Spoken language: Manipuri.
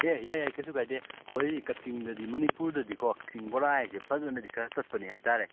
ꯑꯦ ꯌꯥꯏ ꯌꯥꯏ ꯀꯩꯁꯨ ꯀꯥꯏꯗꯦ ꯑꯩꯈꯣꯏ ꯀꯛꯆꯤꯡꯗꯗꯤ ꯃꯅꯤꯄꯨꯔꯗꯗꯤꯀꯣ ꯀꯛꯆꯤꯡ ꯕꯣꯔꯥ ꯍꯥꯏꯁꯦ ꯐꯖꯅꯗꯤ ꯈꯔ ꯆꯠꯄꯅꯤ ꯍꯥꯏ ꯇꯔꯦ